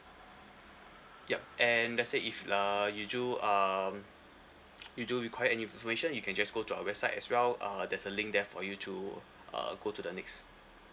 yup and let's say if uh you do um you do require any information you can just go to our website as well uh there's a link there for you to uh go to the next